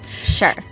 sure